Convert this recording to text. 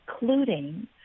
including